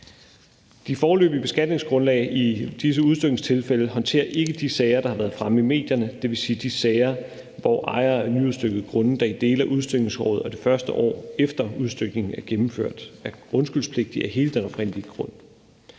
De foreløbige beskatningsgrundlag i disse udstykningstilfælde håndterer ikke de sager, der har været fremme i medierne; det vil sige de sager, hvor ejere af nyudstykkede grunde, der i dele af udstykningsåret og det første år, efter udstykningen er gennemført, er grundskyldspligtige af hele den oprindelige grund.